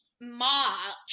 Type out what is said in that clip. March